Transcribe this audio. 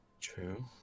True